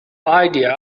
idea